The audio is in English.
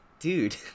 Dude